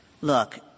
look